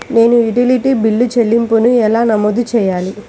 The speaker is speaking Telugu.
నేను యుటిలిటీ బిల్లు చెల్లింపులను ఎలా నమోదు చేయాలి?